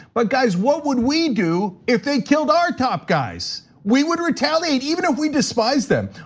but guys, what would we do if they killed our top guys? we would retaliate even if we despise them.